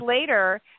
later